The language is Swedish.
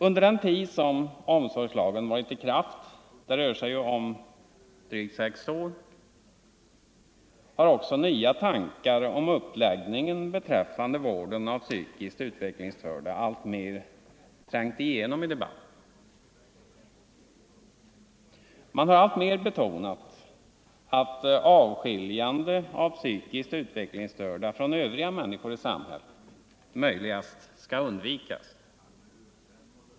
Under den tid som omsorgslagen varit i kraft, det rör sig ju om drygt sex år, har också nya tankar om uppläggningen beträffande vården av psykiskt utvecklingsstörda alltmera trängt igenom i debatten. Man har alltmera betonat att avskiljandet av de psykiskt utvecklingsstörda från övriga människor i samhället i möjligaste mån skall undvikas.